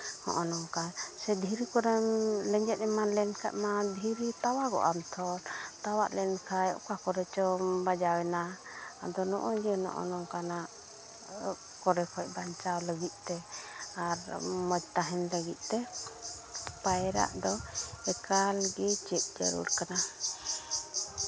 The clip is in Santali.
ᱦᱚᱸᱜᱼᱚ ᱱᱚᱝᱠᱟ ᱥᱮ ᱫᱷᱤᱨᱤ ᱠᱚᱨᱮᱢ ᱞᱮᱸᱡᱮᱛ ᱮᱢᱟᱱ ᱞᱮᱱᱠᱷᱟᱡ ᱫᱚ ᱫᱷᱤᱨᱤ ᱛᱟᱣᱟᱜᱚᱜᱼᱟᱢ ᱛᱚ ᱛᱟᱣᱟᱜ ᱞᱮᱱᱠᱷᱟᱡ ᱚᱠᱟ ᱠᱚᱨᱮ ᱪᱚᱢ ᱵᱟᱡᱟᱣᱮᱱᱟ ᱟᱫᱚ ᱱᱚᱜᱼᱚᱭ ᱡᱮ ᱱᱚᱜᱼᱚ ᱱᱚᱝᱠᱟᱱᱟᱜ ᱠᱚᱨᱮ ᱠᱷᱚᱡ ᱵᱟᱧᱪᱟᱣ ᱞᱟᱹᱜᱤᱫ ᱛᱮ ᱟᱨ ᱢᱚᱡᱽ ᱛᱟᱦᱮᱱ ᱞᱟᱹᱜᱤᱫ ᱛᱮ ᱯᱟᱭᱨᱟᱜ ᱫᱚ ᱮᱠᱟᱞᱜᱮ ᱪᱮᱫ ᱡᱟᱹᱨᱩᱲ ᱠᱟᱱᱟ